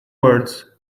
words